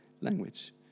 language